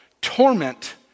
torment